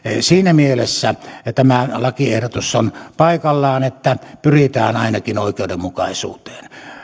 siinä mielessä tämä lakiehdotus on paikallaan että ainakin pyritään oikeudenmukaisuuteen